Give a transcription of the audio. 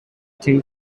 thing